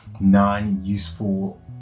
non-useful